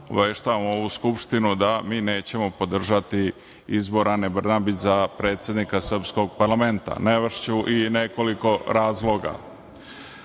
obaveštavam ovu Skupštinu da mi nećemo podržati izbor Ane Brnabić za predsednika srpskog parlamenta. Navešću i nekoliko razloga. Prvo,